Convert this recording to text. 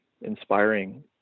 inspiring